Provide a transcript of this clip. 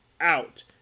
out